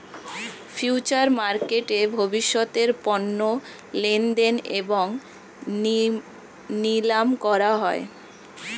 future মার্কেটে ভবিষ্যতের পণ্য লেনদেন এবং নিলাম করা হয়